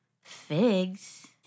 figs